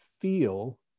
feel